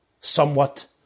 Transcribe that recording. somewhat